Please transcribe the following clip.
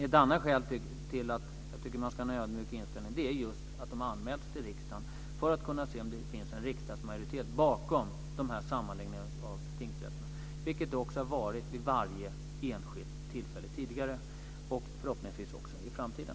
Ett annat skäl till att jag tycker att man ska ha en ödmjuk inställning är just att dessa sammanläggningar av tingsrätterna anmäls till riksdagen för att man ska kunna se om det finns en riksdagsmajoritet bakom, vilket det har funnits vid varje enskilt tillfälle tidigare och som det förhoppningsvis också ska finnas i framtiden.